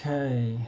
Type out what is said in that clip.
Okay